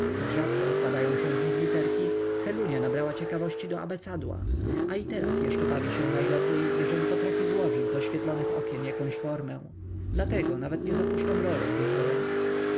znak przez te okna panie mówiła babcia choć rzadko układają się z nich literki helunia nabrała ciekawości do abecadła a i teraz jeszcze bawi się najlepiej jeżeli potrafi złożyć z oświetlonych okien jakąś formę dlatego nawet nie zapuszczam rolet wieczorem